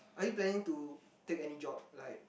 are you planning to take any job like